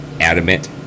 adamant